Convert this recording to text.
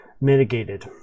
mitigated